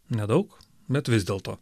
nedaug bet vis dėlto